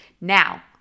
Now